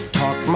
talk